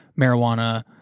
marijuana